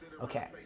Okay